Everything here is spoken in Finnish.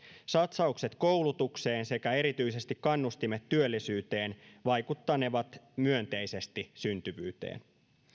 satsaukset koulutukseen sekä erityisesti kannustimet työllisyyteen vaikuttanevat myönteisesti syntyvyyteen